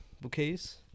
bouquets